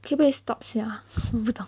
可不可以 stop 一下 !huh! 我不懂